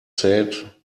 said